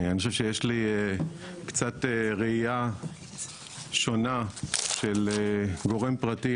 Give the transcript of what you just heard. אני חושב שיש לי קצת ראייה שונה של גורם פרטי,